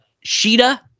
Sheeta